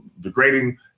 degrading